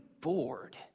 bored